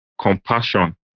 compassion